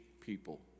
people